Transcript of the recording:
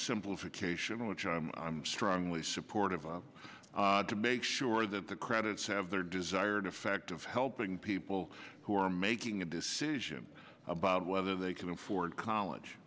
simplification which i'm strongly supportive of to make sure that the credits have their desired effect of helping people who are making a decision about whether they can afford college